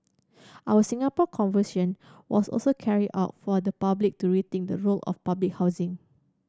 our Singapore Conversation was also carried out for the public to rethink the role of public housing